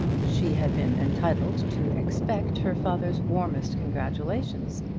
she had been entitled to expect her father's warmest congratulations,